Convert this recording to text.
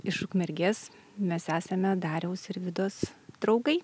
iš ukmergės mes esame dariaus ir vidos draugai